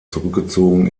zurückgezogen